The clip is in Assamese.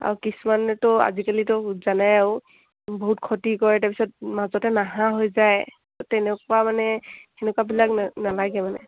আৰু কিছুমানেতো আজিকালিতো জানাই আৰু বহুত ক্ষতি কৰে তাৰপিছত মাজতে নাহা হৈ যায় তেনেকুৱা মানে সেনেকুৱাবিলাক নালাগে মানে